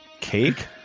Cake